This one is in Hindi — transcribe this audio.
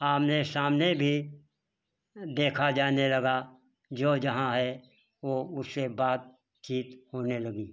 आमने सामने भी देखा जाने लगा जो जहाँ है वो उससे बातचीत होने लगी